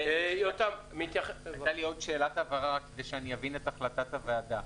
עוד שאלת הבהרה, כדי שאני אבין את החלטת הוועדה.